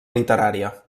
literària